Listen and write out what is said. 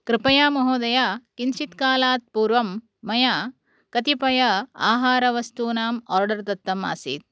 कृपया महोदय किञ्चित् कालात् पूर्वं मया कतिपय आहारवस्तूनाम् आर्डर् दत्तम् आसीत्